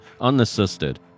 unassisted